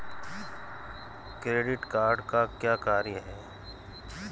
Credit card का क्या कार्य है?